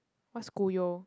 what's kuyo